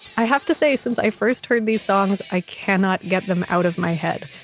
i have to say since i first heard these songs, i cannot get them out of my head.